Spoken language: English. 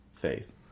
faith